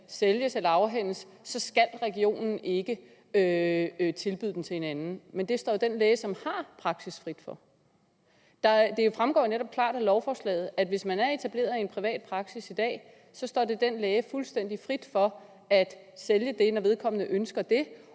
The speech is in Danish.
sælges eller afhændes, skal regionen ikke tilbyde den til en anden, men det står jo den læge, som har praksis, frit for. Det fremgår jo netop klart af lovforslaget, at hvis man er etableret i en privat praksis i dag, står det den læge fuldstændig frit for at sælge, når vedkommende ønsker det,